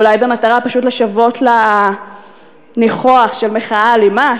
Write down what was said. או אולי במטרה פשוט לשוות לה ניחוח של מחאה אלימה,